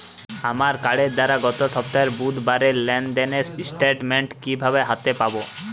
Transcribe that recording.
আমার কার্ডের দ্বারা গত সপ্তাহের বুধবারের লেনদেনের স্টেটমেন্ট কীভাবে হাতে পাব?